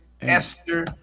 Esther